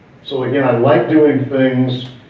so again i like doing things,